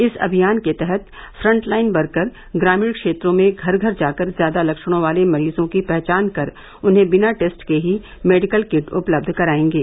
इस अभियान के तहत फ्रंटलाइन वर्कर ग्रामीण क्षेत्रों में घर घर जाकर ज्यादा लक्षणों वाले मरीजों की पहचान कर उन्हें बिना टेस्ट के ही मेडिकल किट उपलब्ध करायेंगे